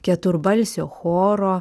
keturbalsio choro